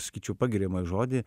sakyčiau pagiriamąjį žodį